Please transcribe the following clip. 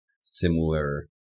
similar